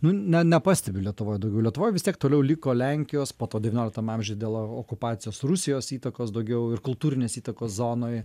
nu ne ne nepastebiu lietuvoj daugiau lietuvoj vis tiek toliau liko lenkijos po to devynioliktam amžiuj dėl okupacijos rusijos įtakos daugiau ir kultūrinės įtakos zonoj